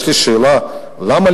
יש לי שאלה: למה,